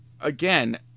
again